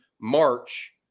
March